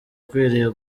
ukwiriye